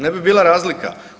Ne bi bila razlika.